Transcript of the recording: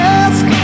ask